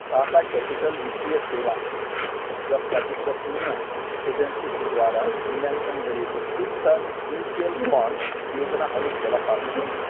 Tata Capital वित्तीय सेवा जस्ता विश्वसनीय एजेन्सीहरूद्वारा मूल्याङ्कन गरिएको शीर्ष म्युचुअल फन्ड योजनाहरू फेला पार्नुहोस्